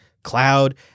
cloud